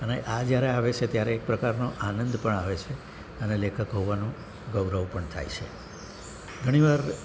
અને આ જ્યારે આવે છે ત્યારે એક પ્રકારનો આનંદ પણ આવે છે અને લેખક હોવાનું ગૌરવ પણ થાય છે ઘણી વાર